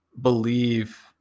believe